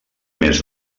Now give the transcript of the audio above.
més